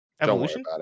Evolution